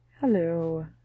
Hello